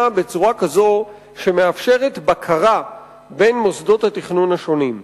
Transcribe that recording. בצורה כזו שמאפשרת בקרה בין מוסדות התכנון השונים.